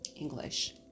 English